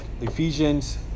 ephesians